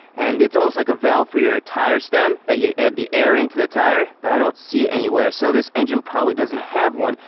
and it's almost like a valve for your tire stem that you add the air into the tire, but i don't see it anywhere, so this engine probably doesn't have one.